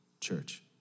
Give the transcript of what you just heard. church